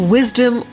Wisdom